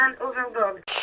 overboard